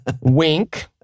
Wink